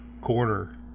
corner